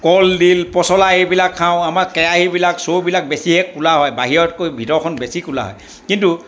কলডিল পচলা এইবিলাক খাওঁ আমাৰ কেৰাহীবিলাক চৰুবিলাক বেছিহে কলা হয় বাহিৰতকৈ ভিতৰখন বেছি কলা হয় কিন্তু